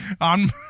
on